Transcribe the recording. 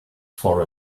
for